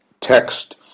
text